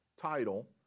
Title